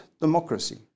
democracy